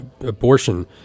abortion